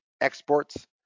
exports